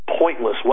pointless